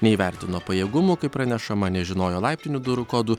neįvertino pajėgumų kaip pranešama nežinojo laiptinių durų kodų